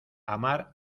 amar